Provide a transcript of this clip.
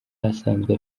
asanzwe